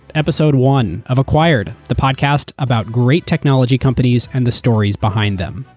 episode one of acquired. the podcast about great technology companies and the stories behind them.